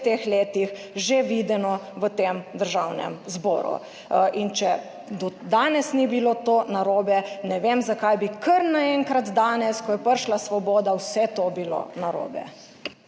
teh letih že videno v tem Državnem zboru. In če do danes ni bilo to narobe, ne vem zakaj bi kar naenkrat danes, ko je prišla svoboda vse to bilo narobe.